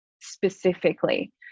specifically